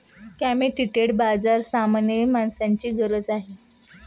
commodity बाजार सामान्य माणसाची गरज आहे